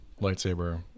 lightsaber